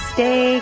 Stay